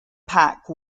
pack